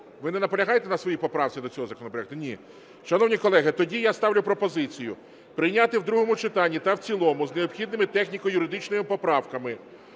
ви не наполягаєте на своїй поправці до цього законопроекту? Ні. Шановні колеги, тоді я ставлю пропозицію прийняти в другому читанні та в цілому з необхідними техніко-юридичними поправками